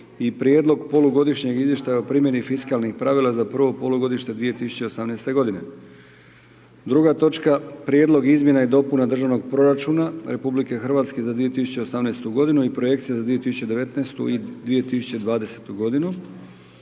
Prijedlog polugodišnjeg izvještaja o primjeni fiskalnih pravila za prvo polugodište 2018. godine. Druga točka Prijedlog izmjena i dopuna državnog proračuna Republike Hrvatske za 2018. godinu i projekcija za 2019. i 2020. godinu,